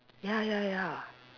ya ya ya